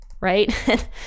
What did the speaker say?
right